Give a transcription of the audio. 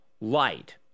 light